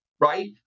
right